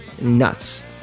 nuts